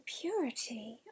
purity